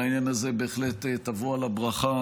על העניין הזה בהחלט תבוא עליך ברכה.